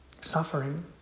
suffering